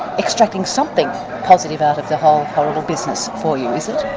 extracting something positive out of the whole horrible business for you, is it?